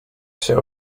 się